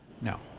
No